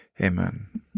Amen